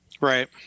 right